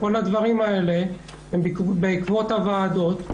כל הדברים האלה הם בעקבות הוועדות.